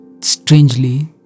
strangely